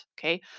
Okay